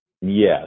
Yes